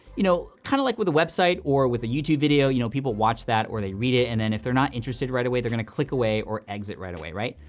you know, kind of like with a website or with a youtube video, you know, people watch that or they read it, and then if they're not interested right away, they're gonna click away or exit right away, right?